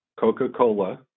Coca-Cola